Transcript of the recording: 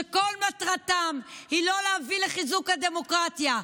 שכל מטרתם היא לא להביא לחיזוק הדמוקרטיה,